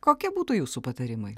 kokie būtų jūsų patarimai